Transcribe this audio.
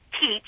Teach